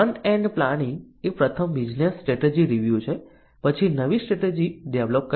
front end planning એ પ્રથમ business strategy review છે પછી નવી સર્વિસ સ્ટ્રેટેજી ડેવલપ કરવી